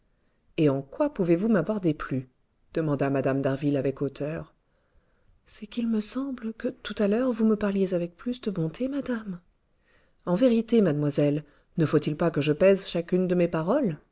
et en quoi pouvez-vous m'avoir déplu demanda mme d'harville avec hauteur c'est qu'il me semble que tout à l'heure vous me parliez avec plus de bonté madame en vérité mademoiselle ne faut-il pas que je pèse chacune de mes paroles